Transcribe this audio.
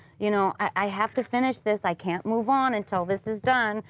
you know. i have to finish this. i can't move on until this is done.